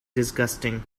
disgusting